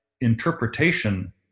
interpretation